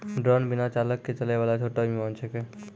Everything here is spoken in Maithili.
ड्रोन बिना चालक के चलै वाला छोटो विमान छेकै